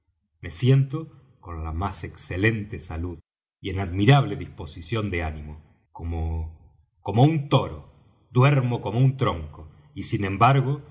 me siento con la más excelente salud y en admirable disposición de ánimo cómo como un toro duermo como un tronco y sin embargo